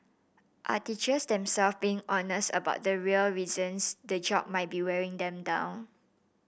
are teachers themselves being honest about the real reasons the job might be wearing them down